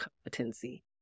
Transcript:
competency